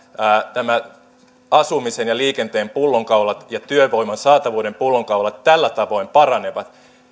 nämä asumisen ja liikenteen pullonkaulat ja työvoiman saatavuuden pullonkaulat tällä tavoin paranevat